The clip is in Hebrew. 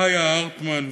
חיה הרטמן,